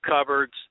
cupboards